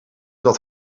dat